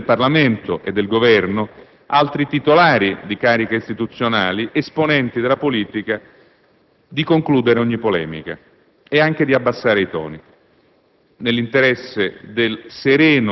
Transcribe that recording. debba consigliare tutti, membri del Parlamento e del Governo, altri titolari di cariche istituzionali, esponenti della politica, di concludere ogni polemica e anche di abbassare i toni,